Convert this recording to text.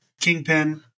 Kingpin